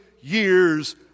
years